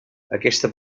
aquesta